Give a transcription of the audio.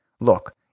Look